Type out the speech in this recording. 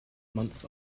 months